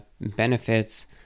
benefits